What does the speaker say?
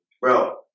Bro